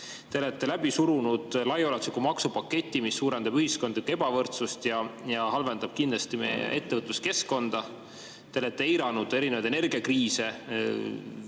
Te olete läbi surunud laiaulatusliku maksupaketi, mis suurendab ühiskondlikku ebavõrdsust ja halvendab kindlasti meie ettevõtluskeskkonda. Te olete eiranud erinevaid energiakriise